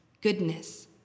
goodness